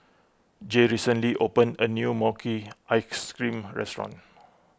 Jay recently opened a new Mochi Ice Cream restaurant